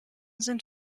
sind